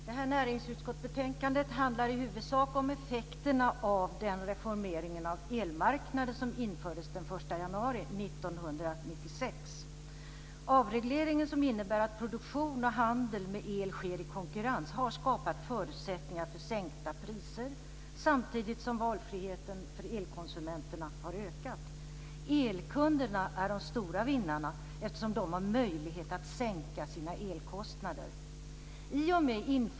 Herr talman! Näringsutskottsbetänkandet handlar i huvudsak om effekterna av den reformering av elmarknaden som infördes den 1 januari 1996. Avregleringen, som innebär att produktion och handel med el sker i konkurrens, har skapat förutsättningar för sänkta priser samtidigt som valfriheten för elkonsumenterna har ökat. Elkunderna är de stora vinnarna eftersom de har möjlighet att sänka sina elkostnader.